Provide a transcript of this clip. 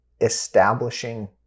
establishing